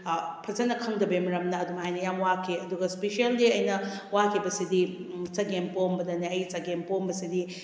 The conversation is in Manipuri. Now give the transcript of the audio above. ꯐꯖꯅ ꯈꯪꯗꯕꯩ ꯃꯔꯝꯅ ꯑꯗꯨꯃꯥꯏꯅ ꯌꯥꯝ ꯋꯥꯈꯤ ꯑꯗꯨꯒ ꯏꯁꯄꯦꯁꯤꯌꯦꯜꯗꯤ ꯑꯩꯅ ꯋꯥꯈꯤꯕꯁꯤꯗꯤ ꯆꯒꯦꯝꯄꯣꯝꯕꯗꯅꯦ ꯑꯩ ꯆꯒꯦꯝꯄꯣꯝꯕꯁꯤꯗꯤ